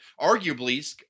Arguably